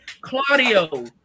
Claudio